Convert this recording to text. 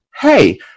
Hey